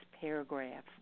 paragraph